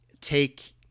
take